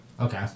Okay